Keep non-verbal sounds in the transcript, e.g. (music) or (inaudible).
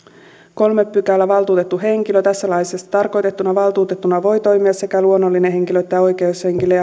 kolmas pykälä valtuutetun henkilö tässä laissa tarkoitettuna valtuutettuna voi toimia sekä luonnollinen henkilö että oikeushenkilö (unintelligible)